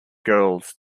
girls